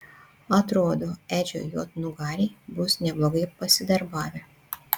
atrodo edžio juodnugariai bus neblogai pasidarbavę